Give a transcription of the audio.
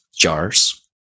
Jars